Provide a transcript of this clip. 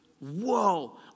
Whoa